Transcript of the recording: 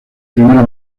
primera